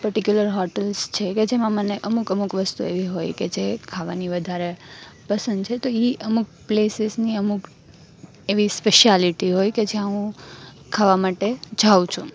particular hotels છે કે જેમાં મને અમુક અમુક વસ્તુ એવી હોય કે જે ખાવાની વધારે પસંદ છેતો ઈ અમુક પ્લેસીસની અમુક એવી સ્પેશિયાલીટી હોય કે જયાં હું ખાવા માટે જાઉ છું